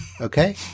okay